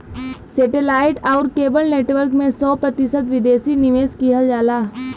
सेटे light आउर cable network में सौ प्रतिशत विदेशी निवेश किहल जाला